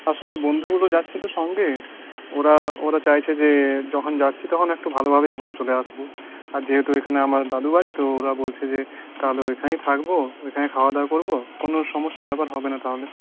আসলে বন্ধুগুলো যাচ্ছে তো সঙ্গে ওরা ওরা চাইছে যে যখন যাচ্ছি তখন একটু ভালোভাবেই ঘুরে চলে আসবো আর যেহেতু আমার এখানে দাদু বাড়ি তো ওরা বলছে যে তাহলে ওখানেই থাকবো ওখানেই খাওয়া দাওয়া করব কোন সমস্যার ব্যাপার হবে না তাহলে